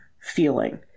feeling